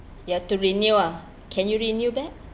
you have to renew ah can you renew back